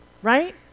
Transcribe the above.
Right